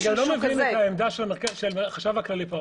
אני לא מבין את העמדה של החשב הכללי פה.